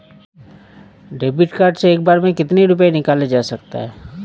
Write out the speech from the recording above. David card से एक बार में कितनी रूपए निकाले जा सकता है?